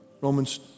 Romans